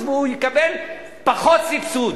והוא יקבל פחות סבסוד.